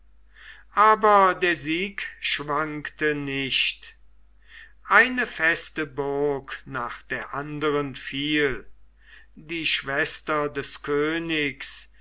aber der sieg schwankte nicht eine feste burg nach der anderen fiel die schwester des königs